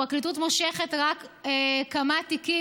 הפרקליטות מושכת אליה רק כמה תיקים,